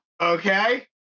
Okay